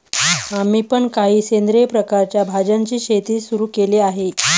आम्ही पण काही सेंद्रिय प्रकारच्या भाज्यांची शेती सुरू केली आहे